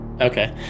Okay